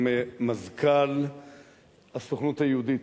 עם מזכ"ל הסוכנות היהודית,